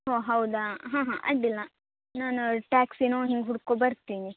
ಹೋ ಹೌದಾ ಹಾಂ ಹಾಂ ಅಡ್ಡಿಲ್ಲ ನಾನು ಟ್ಯಾಕ್ಸಿನೋ ಹಿಂಗೆ ಹುಡ್ಕೋ ಬರ್ತೀನಿ